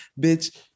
bitch